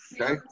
okay